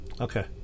Okay